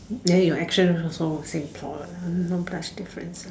there your action also the same point like no such difference ah